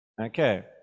Okay